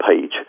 page